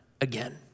again